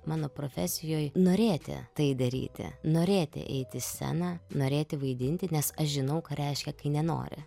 mano profesijoj norėti tai daryti norėti eiti į sceną norėti vaidinti nes aš žinau ką reiškia kai nenori